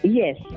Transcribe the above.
Yes